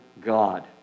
God